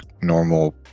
normal